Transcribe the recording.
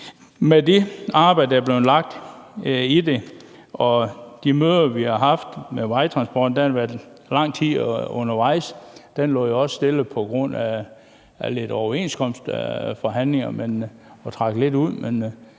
Med det arbejde, der er blevet lagt i det, og de møder, vi har haft om vejtransporten – det har været lang tid undervejs, og det lå jo også stille på grund af lidt overenskomstforhandlinger, der trak lidt ud